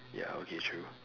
ya okay true